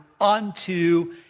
unto